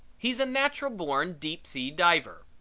he's a natural born deep sea diver.